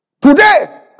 Today